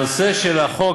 הנושא של החוק,